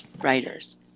writers